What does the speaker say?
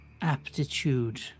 aptitude